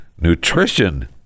nutrition